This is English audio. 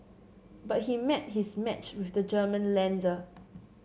but he met his match with the German lender